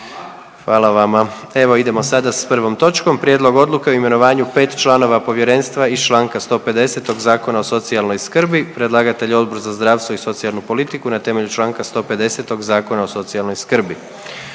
Hvala vama. Evo idemo sada s prvom točkom: - Prijedlog Odluke o imenovanju pet članova Povjerenstva iz Članka 150. Zakona o socijalnoj skrbi Predlagatelj je Odbor za zdravstvo i socijalnu politiku na temelju Članka 150. Zakona o socijalnoj skrbi.